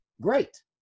great